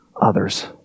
others